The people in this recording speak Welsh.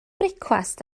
brecwast